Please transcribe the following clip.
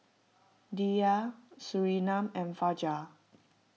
Dhia Surinam and Fajar